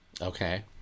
Okay